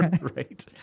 Right